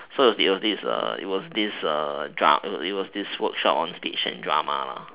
so it was it was this it was this drama it was this workshop on speech and drama